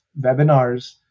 webinars